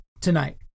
tonight